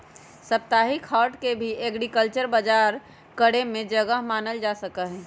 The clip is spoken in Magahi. साप्ताहिक हाट के भी एग्रीकल्चरल बजार करे के जगह मानल जा सका हई